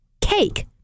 cake